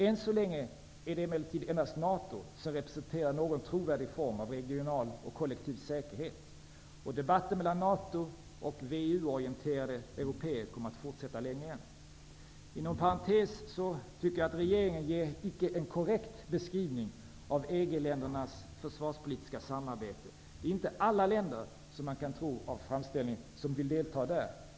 Än så länge är det emellertid endast NATO som representerar någon trovärdig form av regional och kollektiv säkerhet. Debatten mellan NATO och VEU-orienterade européer kommer att fortsätta länge än. Inom parentes tycker jag att regeringen inte ger en korrekt beskrivning av EG-ländernas försvarspolitiska samarbete. Det är inte alla länder, vilket man kan tro av framställningen, som vill delta i detta.